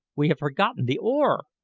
we have forgotten the oar!